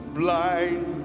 blind